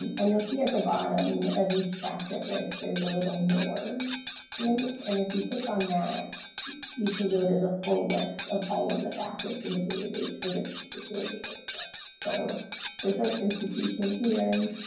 and you'll see at the bottom of each facet list there's a little more link. and if you click on that you can go to the full list of all of the facets in the database for this particular data set. so for source institution here